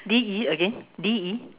D E again D E